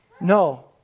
No